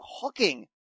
hooking